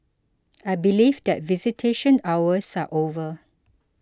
I believe that visitation hours are over